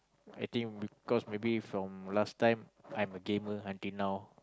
I think because maybe from last time I'm a gamer until now